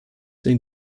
den